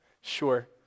Sure